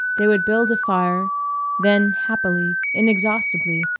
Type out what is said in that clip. they would build a fire then, happily, inexhaustibly,